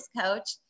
coach